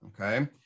okay